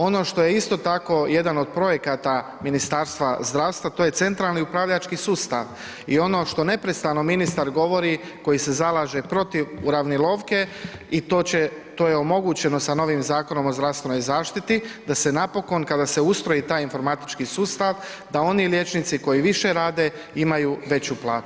Ono što je isto tako jedan od projekata Ministarstva zdravstva to je centralni upravljački sustav i ono što neprestano ministar govori koji se zalaže protiv uravnilovke i to će, to je omogućeno sa novim Zakonom o zdravstvenoj zaštiti da se napokon kada se ustroji taj informatički sustav, da oni liječnici koji više rade imaju veću plaću.